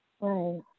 Right